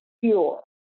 pure